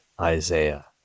Isaiah